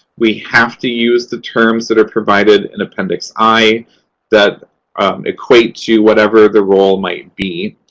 we have to use the terms that are provided an appendix i that equate to whatever the role might be.